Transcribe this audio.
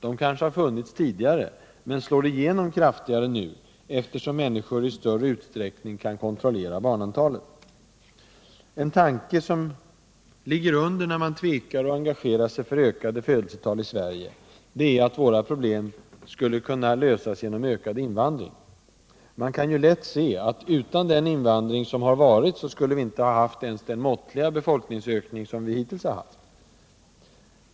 De kanske har funnits tidigare men slår igenom kraftigare nu, eftersom människor i större utsträckning kan kontrollera barnantalet. En tanke som ligger under när man tvekar att engagera sig för ökade födelsetal i Sverige är att våra problem skulle kunna lösas genom ökad invandring. Man kan ju lätt se att utan den invandring som har varit skulle vi inte ens ha haft den måttliga befolkningsökning som vi hittills haft.